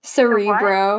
Cerebro